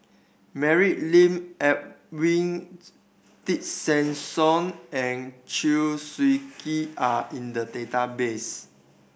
Mary Lim Edwin Tessensohn and Chew Swee Kee are in the database